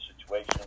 situation